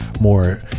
more